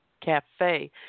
Cafe